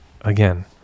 again